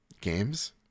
Games